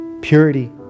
purity